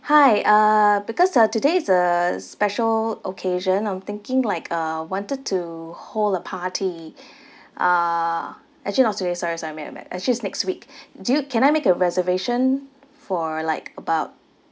hi uh because uh today is a special occasion I'm thinking like uh wanted to hold a party uh actually not today sorry sorry I made a mat actually it's next week do you can I make a reservation for like about